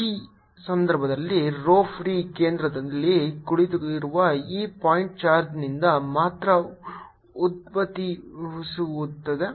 ಈ ಸಂದರ್ಭದಲ್ಲಿ rho free ಕೇಂದ್ರದಲ್ಲಿ ಕುಳಿತಿರುವ ಈ ಪಾಯಿಂಟ್ ಚಾರ್ಜ್ನಿಂದ ಮಾತ್ರ ಉದ್ಭವಿಸುತ್ತದೆ